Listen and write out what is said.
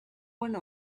one